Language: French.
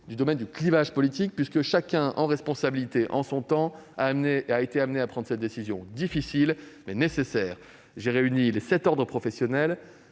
sur un clivage politique, puisque chaque gouvernement, en responsabilité, en son temps, a été amené à prendre cette décision difficile, mais nécessaire. J'ai réuni les sept ordres professionnels